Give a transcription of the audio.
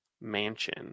Mansion